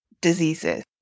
diseases